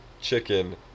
chicken